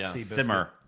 Simmer